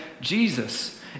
Jesus